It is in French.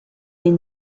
est